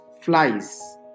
flies